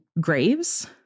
graves